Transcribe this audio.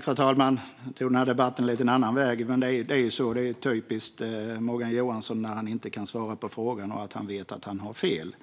Fru talman! Nu tog den här debatten en lite annan väg, men det är ju typiskt Morgan Johansson när han inte kan svara på frågan och vet att han har fel.